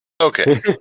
Okay